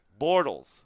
Bortles